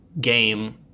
game